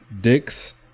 Dicks